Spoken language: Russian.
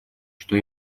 что